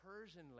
Persian